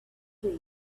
were